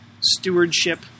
stewardship